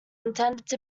intended